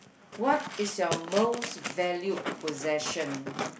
what is your most valued possession